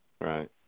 Right